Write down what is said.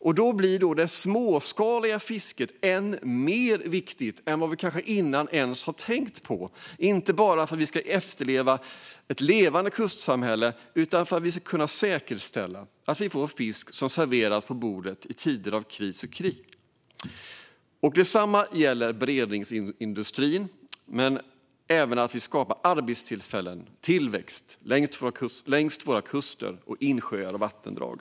Därför blir det småskaliga fisket än mer viktigt än vad vi kanske ens har tänkt på tidigare, inte bara för att vi ska ha levande kustsamhällen kvar utan även för att vi ska kunna säkerställa att vi får fisk som serveras på bordet i tider av kris och krig. Detsamma gäller beredningsindustrin. Det gäller även att vi skapar arbetstillfällen och tillväxt längs våra kuster och vid våra insjöar och vattendrag.